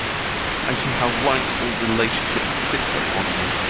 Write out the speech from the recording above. i see how light all relationship sits upon you.